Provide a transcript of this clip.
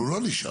הוא לא נשאר.